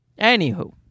Anywho